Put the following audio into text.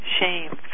shame